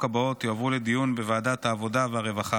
הבאות יועברו לדיון בוועדת העבודה והרווחה: